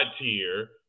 tier